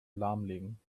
lahmlegen